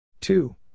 Two